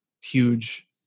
huge